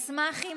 אני אשמח,